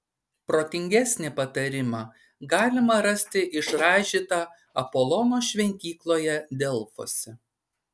protingesnį patarimą galima rasti išraižytą apolono šventykloje delfuose